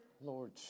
Lord